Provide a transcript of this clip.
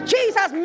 Jesus